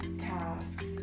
tasks